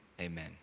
amen